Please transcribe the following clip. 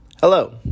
Hello